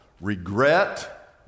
regret